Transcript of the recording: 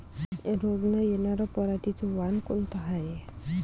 रोग न येनार पराटीचं वान कोनतं हाये?